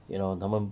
you know 他们